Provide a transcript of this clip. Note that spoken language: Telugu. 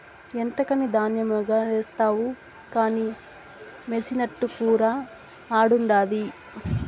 ఎంతకని ధాన్యమెగారేస్తావు కానీ మెసినట్టుకురా ఆడుండాది